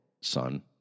son